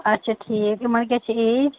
اچھا ٹھیٖک یِمَن کیٛاہ چھِ ایج